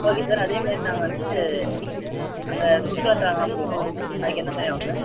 okay sir அதே மாதிரி நாங்கள் வந்து அங்கே சுற்றுலா தலம்லாம் போகணும் அதுக்கு எந்தமாதிரி ஆகும் சார்